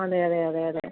അതെ അതെ അതെ അതെ